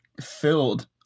filled